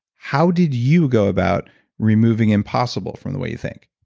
how did you go about removing impossible from the way you think?